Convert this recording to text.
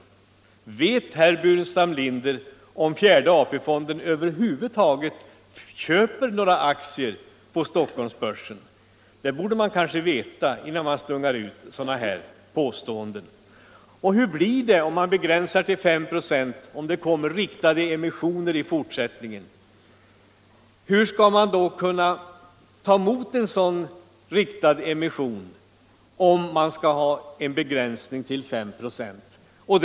Men vet herr Burenstam Linder om fjärde AP-fonden över huvud taget köper några aktier på börsen? Det borde man kanske veta innan man gör sådana påståenden. Och hur blir det om man begränsar till 5 986 och det kommer riktade emissioner i fortsättningen? Hur skall man kunna ta emot en sådan riktad emission, om man skall ha en begränsning till 5 96?